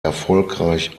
erfolgreich